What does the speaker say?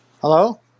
Hello